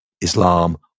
Islam